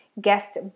guest